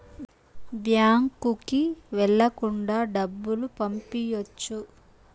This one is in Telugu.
బ్యాంకుకి వెళ్ళకుండా డబ్బులు పంపియ్యొచ్చు